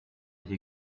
hier